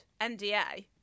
NDA